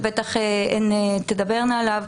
ובטח הן תדברנה עליו,